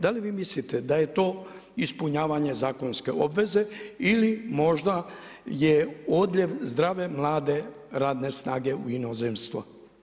Da li vi mislite da je to ispunjavanje zakonske obveze ili možda je odljev zdrave, mlade radne snage u inozemstvo?